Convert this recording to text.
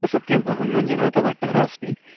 सत्यम् अहं मञ्जुनाथभट्टः अस्मि